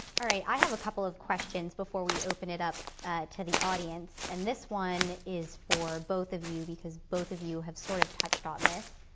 alright, i have a couple of questions before we open it up to the audience. and this one is for both of you because both of you have sort of touched on this.